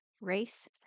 race